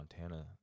Montana